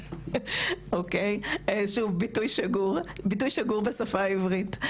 אוקיי, זה ביטוי שגור בשפה העברית.